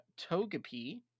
Togepi